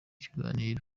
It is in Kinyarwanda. ikiganiro